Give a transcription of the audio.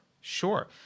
sure